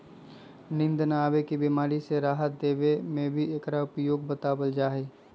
नींद न आवे के बीमारी से राहत देवे में भी एकरा उपयोग बतलावल जाहई